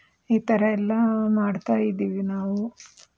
ಈ ಥರ ಎಲ್ಲ ಮಾಡ್ತಾ ಇದ್ದೀವಿ ನಾವು